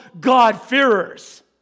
God-fearers